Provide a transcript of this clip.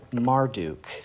Marduk